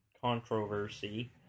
Controversy